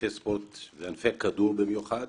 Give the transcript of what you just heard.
בענפי הכדור במיוחד,